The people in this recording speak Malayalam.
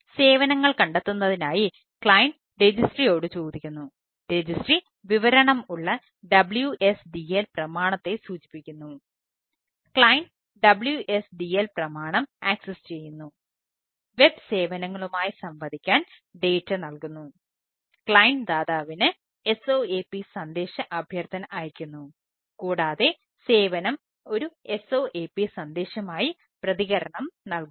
സേവനങ്ങൾ കണ്ടെത്തുന്നതിനായി ക്ലയൻറ് ദാതാവിന് SOAP സന്ദേശ അഭ്യർത്ഥന അയയ്ക്കുന്നു കൂടാതെ സേവനം ഒരു SOAP സന്ദേശമായി പ്രതികരണം നൽകുന്നു